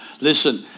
Listen